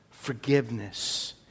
forgiveness